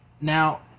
Now